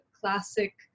classic